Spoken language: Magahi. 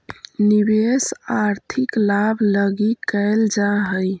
निवेश आर्थिक लाभ लगी कैल जा हई